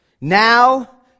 Now